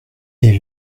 ils